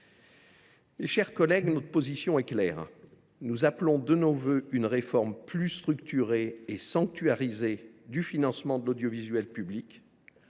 Mes chers collègues, notre position est claire : nous appelons de nos vœux une réforme plus structurée et sanctuarisée du financement de l’audiovisuel public.